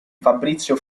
fabrizio